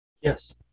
Yes